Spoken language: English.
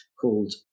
called